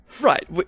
Right